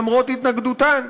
למרות התנגדותן.